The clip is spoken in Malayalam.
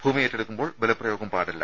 ഭൂമി ഏറ്റെടുക്കുമ്പോൾ ബലപ്രയോഗം പാടില്ല